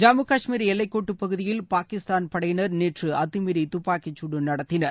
ஜம்மு கஷ்மீர் எல்லைக் கோட்டுப் பகுதியில் பாகிஸ்தான் படையினர் நேற்று அத்தமீறி தப்பாக்கிச் குடு நடத்தினர்